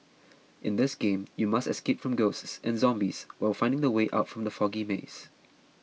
in this game you must escape from ghosts and zombies while finding the way out from the foggy maze